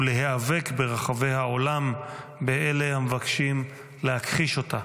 ולהיאבק ברחבי העולם באלה המבקשים להכחיש אותה.